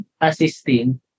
assisting